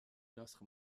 nasr